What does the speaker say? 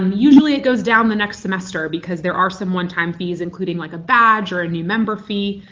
um usually it goes down the next semester because there are some one-time fees, including like a badge or a new member fee.